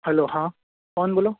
hello હા કોણ બોલો